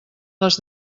les